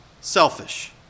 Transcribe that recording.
Selfish